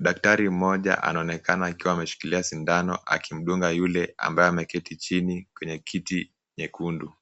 Daktari mmoja anaonekana akiwa ameshikilia sindano akimdunga yule ambaye ameketi chini kwenye kiti nyekundu.